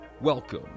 Welcome